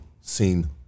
seen